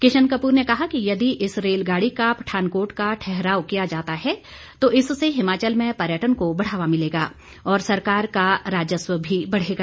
किशन कपूर ने कहा कि यदि इस रेलगाड़ी का पठानकोट का ठहराव किया जाता है तो इससे हिमाचल में पर्यटन को बढ़ावा मिलेगा और सरकार का राजस्व भी बढ़ेगा